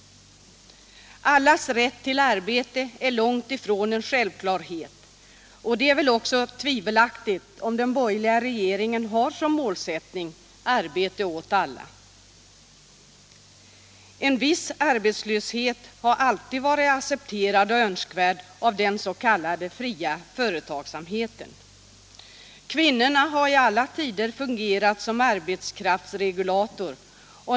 Allas rätt till arbete är långt ifrån en självklarhet, och det är väl också tvivelaktigt om den borgerliga regeringen har som målsättning ”arbete åt alla”. En viss arbetslöshet har alltid varit accepterad och önskad av den s.k. fria företagsamheten. Kvinnorna har i alla tider fungerat som arbetskraftsregulator.